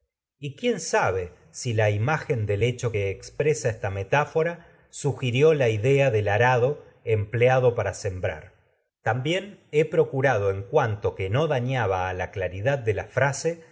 y quién sabe imagen del hecho que expresa esta metáfora sugirió la idea del arado empleado para sembrar también he procurado en cuanto he creído prólogo que no var dañaba a la claridad de la frase